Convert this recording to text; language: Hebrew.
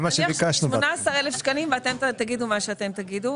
18,000 שקלים ואתם תגידו מה שתגידו.